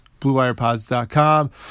BlueWirePods.com